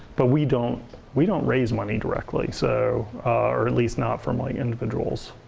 but we don't we don't raise money directly, so or at least not from like individuals.